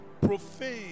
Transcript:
profane